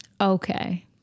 Okay